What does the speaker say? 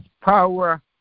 power